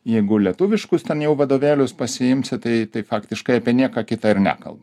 jeigu lietuviškus ten jau vadovėlius pasiimsi tai tai faktiškai apie nieką kitą ir nekalba